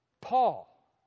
Paul